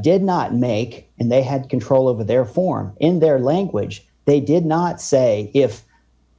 did not make and they had control over their form in their language they did not say if